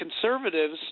conservatives